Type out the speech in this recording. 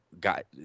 got